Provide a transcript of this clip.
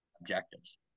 objectives